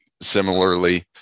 similarly